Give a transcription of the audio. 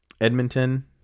Edmonton